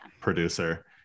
producer